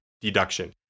deduction